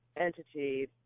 entity